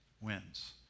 wins